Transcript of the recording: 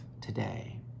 today